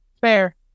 Fair